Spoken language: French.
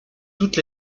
toutes